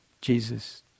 Jesus